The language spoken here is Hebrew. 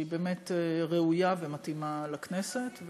היא באמת ראויה ומתאימה לכנסת.